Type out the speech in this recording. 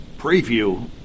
preview